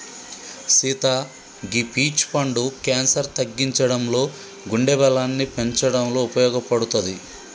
సీత గీ పీచ్ పండు క్యాన్సర్ తగ్గించడంలో గుండె బలాన్ని పెంచటంలో ఉపయోపడుతది